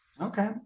Okay